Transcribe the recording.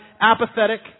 apathetic